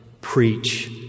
Preach